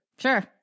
Sure